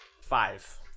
Five